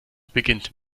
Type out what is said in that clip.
beginnt